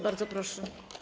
Bardzo proszę.